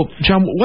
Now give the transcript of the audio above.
John